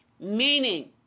Meaning